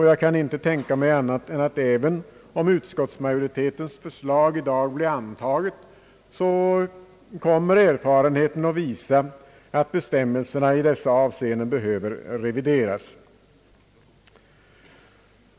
Jag kan inte tänka mig annat än att även om utskottsmajo ritetens förslag i dag blir antaget, kommer erfarenheten ändå att visa att bestämmelserna i dessa avseenden behöver revideras.